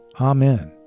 Amen